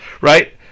right